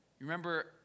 remember